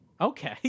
Okay